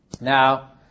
Now